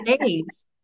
days